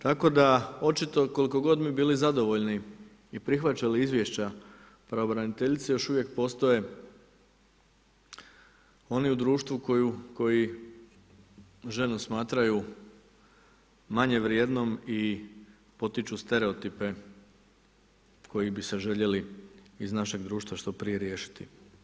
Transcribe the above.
Tako da koliko god mi bili zadovoljni i prihvaćali izvješća pravobraniteljice, još uvijek postoje oni u društvu koji ženu smatraju manje vrijednom i i potiču stereotipe koji bi se željeli iz našeg društva što prije riješiti.